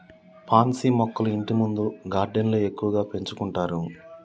pansy మొక్కలు ఇంటిముందు గార్డెన్లో ఎక్కువగా పెంచుకుంటారు